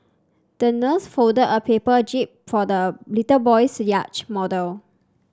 the nurse folded a paper jib for the little boy's yacht model